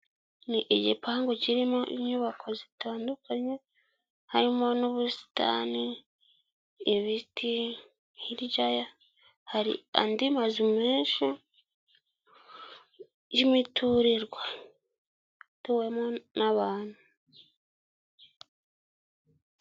Ni igipangu kirimo inyubako zitandukanye, harimo n'ubusitani, ibiti, hirya hari andi mazu menshi y'imiturirwa, atuwemo n'abantu.